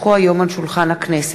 במליאת הכנסת,